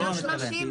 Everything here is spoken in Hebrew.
נכון,